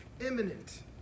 imminent